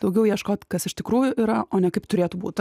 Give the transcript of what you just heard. daugiau ieškot iš tikrųjų yra o ne kaip turėtų būt